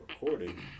recording